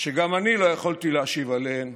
שגם אני לא יכולתי להשיב עליהן: